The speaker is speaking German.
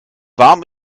warm